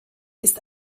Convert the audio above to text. ist